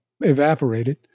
evaporated